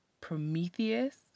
Prometheus